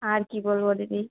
আর কি বলবো দিদি